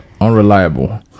unreliable